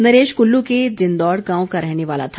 नरेश कुल्लू के जिंदौड़ गांव का रहने वाला था